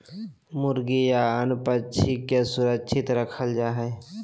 मुर्गी या अन्य पक्षि के सुरक्षित रखल जा हइ